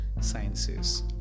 sciences